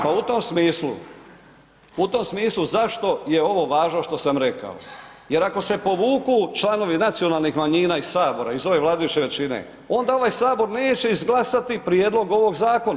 Pa u tom smislu, u tom smislu zašto je ovo važno što sam rekao, jer ako se povuku članovi nacionalnih manjina iz sabora iz ove vladajuće većine, onda ovaj sabor neće izglasati prijedlog ovog zakona.